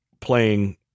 playing